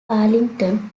arlington